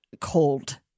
Cold